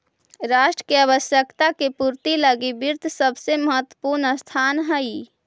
राष्ट्र के आवश्यकता के पूर्ति लगी वित्त सबसे महत्वपूर्ण साधन हइ